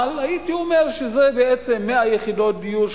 אבל הייתי אומר שאלה בעצם 100 יחידות דיור,